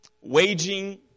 waging